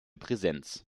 präsenz